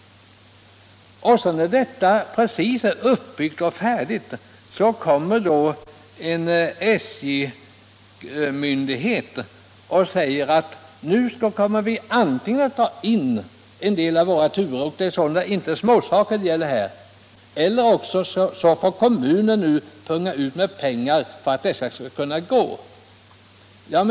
Och precis när detta är färdigt kommer en SJ-avdelning och säger att antingen kommer en del av turerna att dras in — och det är inte småsaker det gäller — eller också får kommunen punga ut med pengar för att det skall gå ihop.